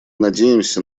надеемся